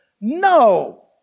No